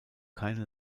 keine